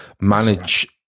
manage